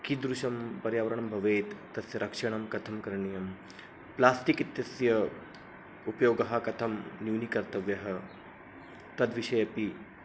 कीदृशं पर्यावरणं भवेत् तस्य रक्षणं कथं करणीयं प्लास्टिक् इत्यस्य उपयोगः कथं न्यूनीकर्तव्यः तद्विषये अपि